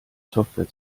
software